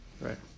right